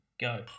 go